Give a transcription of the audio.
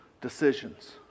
decisions